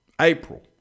April